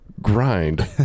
grind